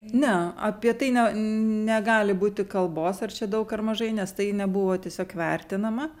ne apie tai ne negali būti kalbos ar čia daug ar mažai nes tai nebuvo tiesiog vertinama